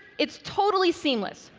it's totally seamless,